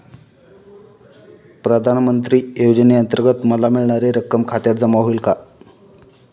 प्रधानमंत्री योजनेअंतर्गत मला मिळणारी रक्कम खात्यात जमा होईल का?